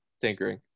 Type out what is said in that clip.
Tinkering